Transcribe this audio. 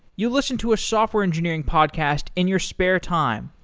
you listen to a software engineering podcast in your spare time,